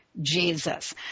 Jesus